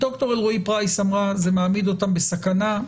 ד"ר אלרועי פרייס זה מעמיד אותם בסכנה,